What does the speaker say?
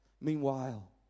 Meanwhile